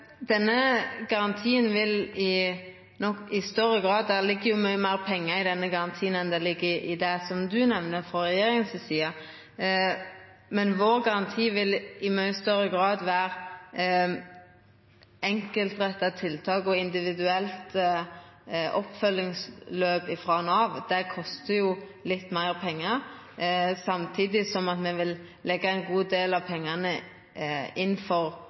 ligg i det som vert nemnt frå regjeringa si side. Vår garanti vil i mykje større grad vera enkeltretta tiltak og individuelle oppfølgingsløp frå Nav. Det kostar litt meir, og samtidig vil me bruka ein god del av pengane